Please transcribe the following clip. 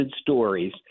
stories